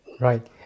Right